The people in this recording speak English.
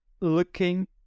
looking